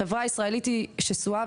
החברה הישראלית היא שסועה.